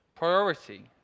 Priority